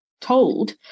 told